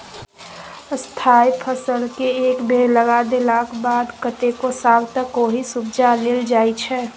स्थायी फसलकेँ एक बेर लगा देलाक बाद कतेको साल तक ओहिसँ उपजा लेल जाइ छै